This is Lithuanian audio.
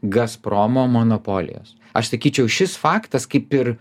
gazpromo monopolijos aš sakyčiau šis faktas kaip ir